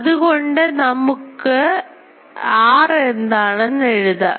അതുകൊണ്ട് ഇപ്പോൾ നമുക്ക് r എന്താണെന്ന് എഴുതാം